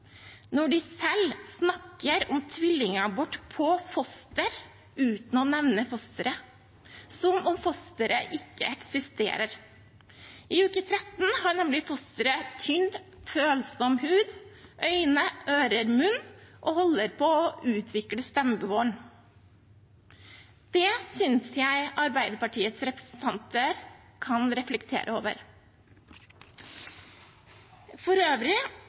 når de selv snakker om tvillingabort på foster uten å nevne fosteret – som om fosteret ikke eksisterer. I uke 13 har nemlig fosteret tynn, følsom hud, øyne, ører og munn og holder på å utvikle stemmebånd. Det synes jeg Arbeiderpartiets representanter kan reflektere over. For øvrig